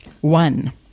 one